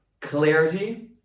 clarity